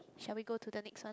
shall we go to the next one